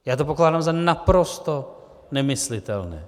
Já to pokládám za naprosto nemyslitelné.